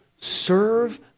Serve